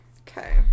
Okay